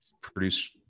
produce